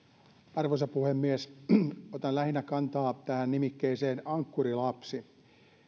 arvoisa puhemies otan kantaa lähinnä tähän nimikkeeseen ankkurilapsi